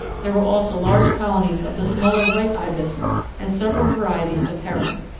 there were also large colonies of the smaller white ibis and several varieties of heron.